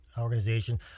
organization